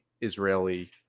Israeli